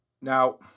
Now